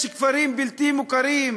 יש כפרים בלתי מוכרים,